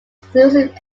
exclusively